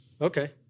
Okay